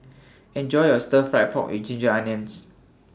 Enjoy your Stir Fried Pork with Ginger Onions